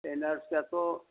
एनआरसिआथ'